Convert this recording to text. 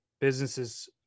businesses